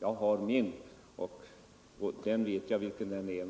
Jag har min egen åsikt, och herr Romanus vet vilken den är.